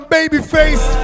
Babyface